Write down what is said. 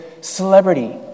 celebrity